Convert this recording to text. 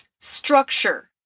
structure